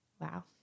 Wow